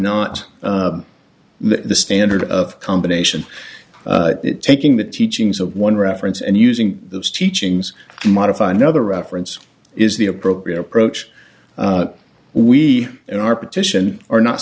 not the standard of combination taking the teachings of one reference and using those teachings to modify another reference is the appropriate approach we in our petition are not